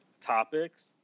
topics